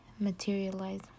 materialize